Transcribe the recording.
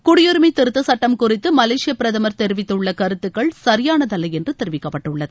குடியுரிமை திருத்தச் சட்டம் குறித்து மலேசிய பிரதமர் தெரிவித்துள்ள கருத்துக்கள் சரியானதல்ல என்று தெரிவிக்கப்பட்டுள்ளது